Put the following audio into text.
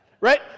Right